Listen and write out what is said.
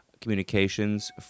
communications